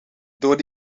door